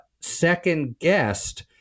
second-guessed